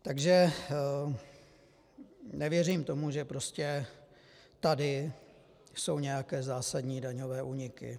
Takže nevěřím tomu, že prostě tady jsou nějaké zásadní daňové úniky.